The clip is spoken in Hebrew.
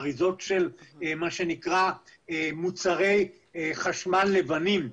אריזות של מוצרי חשמל לבנים,